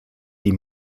die